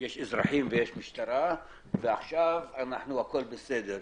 משטרה ועכשיו הכול בסדר.